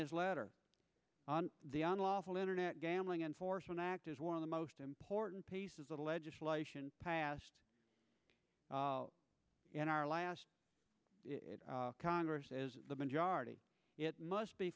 his letter on the unlawful internet gambling enforcement act as one of the most important pieces of legislation passed in our last congress the majority must be